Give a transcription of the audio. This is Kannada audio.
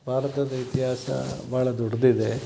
ಭಾರತದ ಇತಿಹಾಸ ಬಹಳ ದೊಡ್ಡದಿದೆ